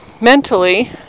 mentally